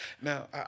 Now